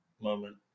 moment